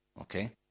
Okay